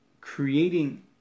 creating